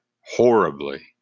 horribly